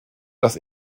dass